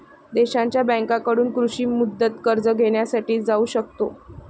देशांच्या बँकांकडून कृषी मुदत कर्ज घेण्यासाठी जाऊ शकतो